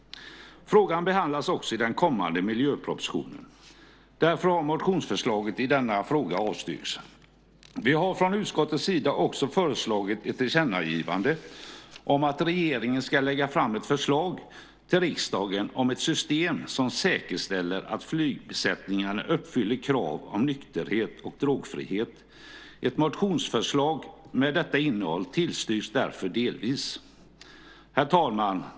Frågan behandlas också i den kommande miljöpropositionen. Därför har motionsförslaget i denna fråga avstyrkts. Vi har från utskottets sida också föreslagit ett tillkännagivande om att regeringen ska lägga fram ett förslag till riksdagen om ett system som säkerställer att flygbesättningarna uppfyller krav om nykterhet och drogfrihet. Ett motionsförslag med detta innehåll tillstyrks därför delvis. Herr talman!